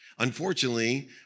Unfortunately